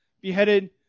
beheaded